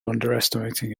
underestimating